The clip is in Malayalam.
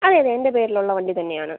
അതെ അതെ എൻ്റെ പേരിൽ ഉള്ള വണ്ടി തന്നെ ആണ്